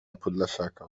podlasiaka